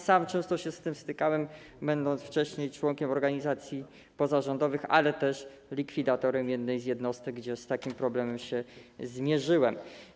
Sam często się z tym stykałem, będąc wcześniej członkiem organizacji pozarządowych, ale też likwidatorem jednej z jednostek, gdzie z takim problemem się zmierzyłem.